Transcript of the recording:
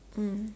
mm